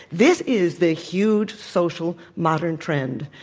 this is the huge social modern trend.